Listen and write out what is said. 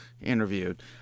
interviewed